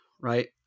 Right